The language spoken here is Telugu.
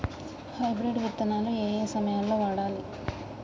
హైబ్రిడ్ విత్తనాలు ఏయే సమయాల్లో వాడాలి?